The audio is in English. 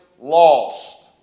lost